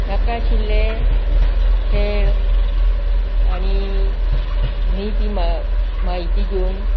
नाकाशिल्ले खेळ आनी न्ही ती म्हा म्हायती घेवून